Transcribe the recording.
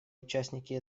участники